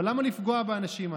אבל למה לפגוע באנשים האלה?